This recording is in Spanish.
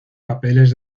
papeles